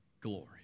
glory